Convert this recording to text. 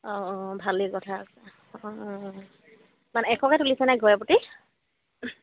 অঁ অঁ ভালেই কথা আছে অঁ মানে এশকে তুলিছেনে ঘৰে প্ৰতি